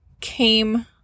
came